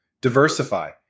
diversify